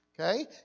okay